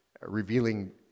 revealing